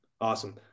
Awesome